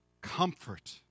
comfort